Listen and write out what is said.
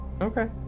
Okay